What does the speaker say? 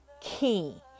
key